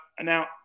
now